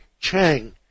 Chang